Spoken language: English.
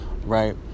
Right